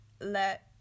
let